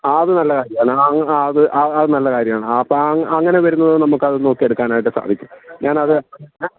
ആ അത് നല്ല കാര്യമാണ് ആ അത് അത് നല്ല കാര്യമാണ് അപ്പം അങ്ങനെ വരുന്നത് നമുക്കത് നോക്കി എടുക്കാനായിട്ട് സാധിക്കും ഞാൻ അത്